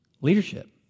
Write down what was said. leadership